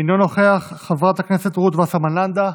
אינו נוכח, חברת הכנסת רות וסרמן לנדה,